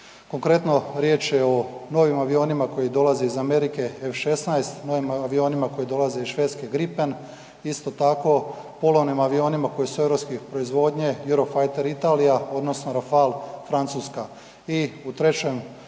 Konkretno, riječ je o novim avionima koji dolaze iz Amerike, F-16, novim avionima koji dolaze iz Švedske Grippen, isto tako polovnim avionima koji su europske proizvodnje .../Govornik se ne razumije./... Italija odnosno Rafal Francuska. I u trećem djelu,